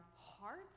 hearts